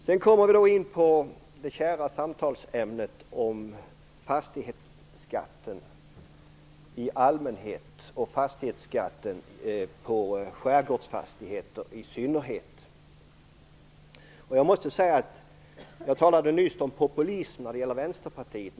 Sedan kommer vi in på det kära samtalsämnet fastighetsskatten i allmänhet och fastighetsskatten på skärgårdsfastigheter i synnerhet. Jag talade nyss om populism när det gällde Vänsterpartiet.